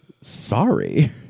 Sorry